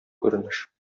күренеш